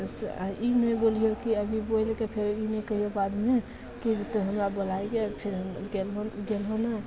आओर ई नहि बोलिहऽ कि अभी बोलिके फेर ई नहि कहिअऽ बादमे कि हमरा बोलैके फेर गेलहो गेलहो नहि